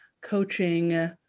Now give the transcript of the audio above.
coaching